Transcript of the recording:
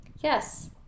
Yes